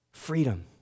Freedom